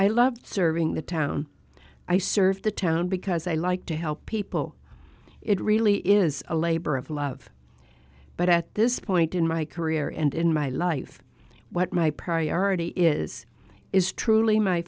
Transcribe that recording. i loved serving the town i serve the town because i like to help people it really is a labor of love but at this point in my career and in my life what my priority is is truly my